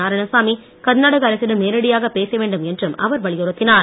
நாராயணசாமி கர்நாடக அரசிடம் நேரடியாக பேச வேண்டும் என்றும் அவர் வலியுறுத்தினார்